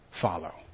follow